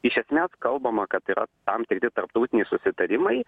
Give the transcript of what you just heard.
iš esmės kalbama kad yra tam tikri tarptautiniai susitarimai